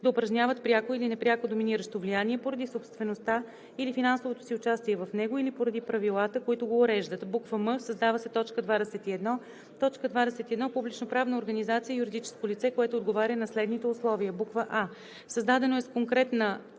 дa упражняват пряко или непряко доминиращо влияние поради собствеността или финансовото си участие в него, или поради правилата, които го уреждат.“; м) създава се т. 21: „21. „Публичноправна организация“ е юридическо лице, което отговаря на следните условия: а) създадено е с конкретната